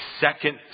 second